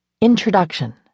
Introduction